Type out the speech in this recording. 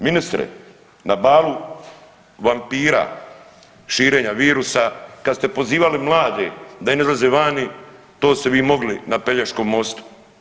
Ministre, na balu vampira širenja virusa kad ste pozivali mlade da ne izlaze vani to ste vi mogli na Pelješkom mostu.